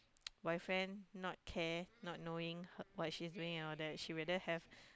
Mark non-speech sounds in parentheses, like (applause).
(noise) boyfriend not care not knowing what she's doing and all that she rather have